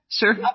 sure